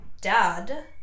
dad